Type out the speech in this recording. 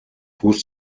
fuß